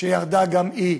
שהוזלה גם היא,